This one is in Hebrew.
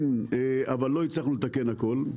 אבל לא הצלחנו לתקן הכול.